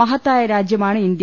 മഹത്തായ രാജ്യ മാണ് ഇന്ത്യ